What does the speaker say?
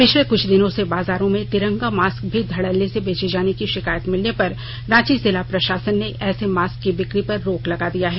पिछले कुछ दिनों से बाजारों में तिरंगा मास्क भी धड़ल्ले से बेचे जाने की षिकायत मिलने पर रांची जिला प्रशासन ने ऐसे मास्क की बिक्री पर रोक लगा दिया है